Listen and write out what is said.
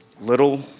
little